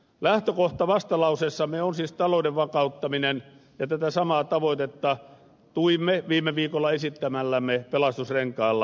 lähtökohta vastalauseessamme on siis talouden vakauttaminen ja tätä samaa tavoitetta tuimme viime viikolla esittämällämme pelastusrenkaalla